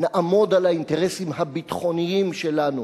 נעמוד על האינטרסים הביטחוניים שלנו.